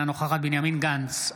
אינה נוכחת בנימין גנץ,